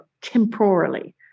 temporarily